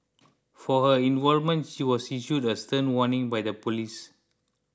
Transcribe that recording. for her involvement she was issued a stern warning by the police